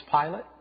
Pilate